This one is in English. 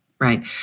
right